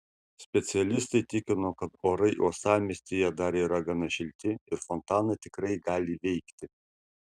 specialistai tikino kad orai uostamiestyje dar yra gana šilti ir fontanai tikrai gali veikti